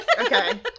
Okay